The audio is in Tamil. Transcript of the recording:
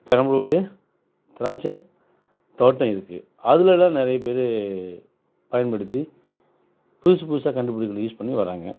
பெரம்பலூர்லேயே திராட்சை தோட்டம் இருக்குது அதுலெலாம் நிறைய பேர் பயன்படுத்தி புதுசு புதுசாக கண்டுபிடிப்புகள் யூஸ் பண்ணி வராங்க